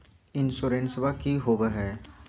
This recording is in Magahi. इंसोरेंसबा की होंबई हय?